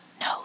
No